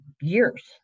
years